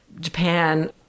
Japan